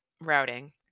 routing